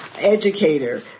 educator